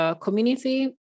community